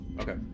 Okay